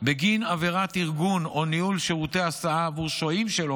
בגין עבירת ארגון או ניהול שירותי הסעה עבור שוהים שלא